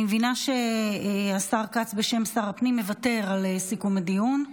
אני מבינה שהשר כץ בשם שר הפנים מוותר על סיכום הדיון.